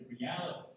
reality